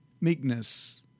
meekness